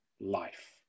life